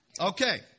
Okay